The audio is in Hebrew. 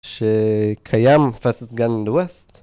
שקיים Fastest Gun in the West